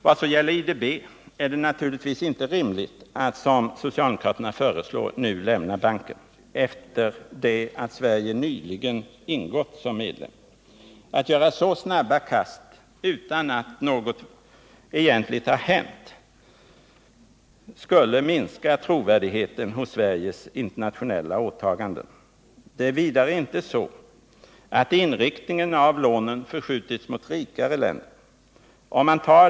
Vad så gäller IDB är det naturligtvis inte rimligt att, som socialdemokraterna föreslår, nu lämna banken efter det att Sverige nyligen ingått som medlem. Att göra så snabba kast utan att något egentligt har hänt skulle minska trovärdigheten hos Sveriges internationella åtaganden. Det är vidare inte så att inriktningen av lånen förskjutits mot rikare länder.